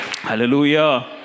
Hallelujah